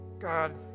God